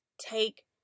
take